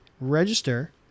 register